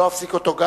לא אפסיק אותו,